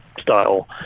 style